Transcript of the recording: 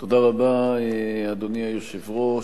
אדוני היושב-ראש,